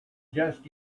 just